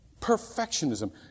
Perfectionism